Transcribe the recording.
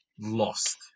lost